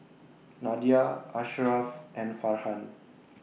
Nadia Asharaff and Farhan